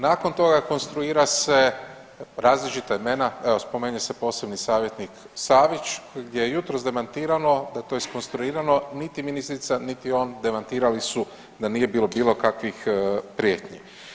Nakon toga konstruira se različita imena, evo spomenuo se posebni savjetnik Savić kojeg je jutros demantirano, da je to iskonstruirano, niti ministrica, niti on, demantirali su da nije bilo bilo kakvih prijetnji.